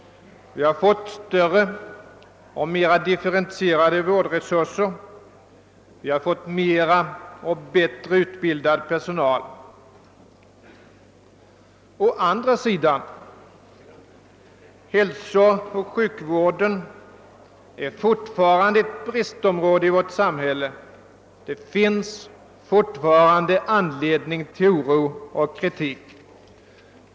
Vi har fått större och mera differentierade vårdresurser samt mera och bättre utbildad personal. Å andra sidan är hälsooch sjukvården fortfarande ett bristområde i vårt samhälle, och det finns alltjämt anledning till oro och kritik.